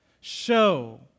show